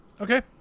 Okay